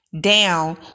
down